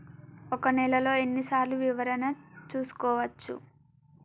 ఒక నెలలో ఎన్ని సార్లు వివరణ చూసుకోవచ్చు?